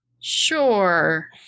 Sure